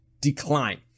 decline